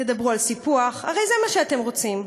תדברו על סיפוח, הרי זה מה שאתם רוצים.